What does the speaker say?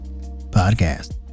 podcast